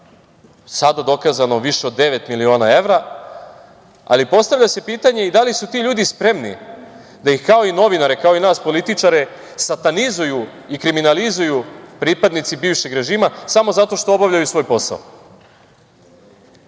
sada dokazano, više od devet miliona evra. Postavlja se pitanje, da li su ti ljudi spremni da ih kao i novinare, kao i nas političare satanizuju i kriminalizuju pripadnici bivšeg režima, samo zato što obavljaju svoj posao? Ovde